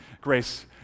grace